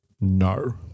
no